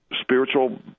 spiritual